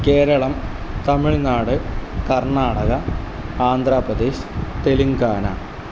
Keralam Tamil Nadu Karnataka Andhra Pradesh Telangana